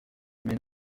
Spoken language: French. mais